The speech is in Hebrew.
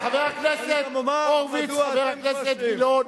חבר הכנסת הורוביץ, חבר הכנסת גילאון.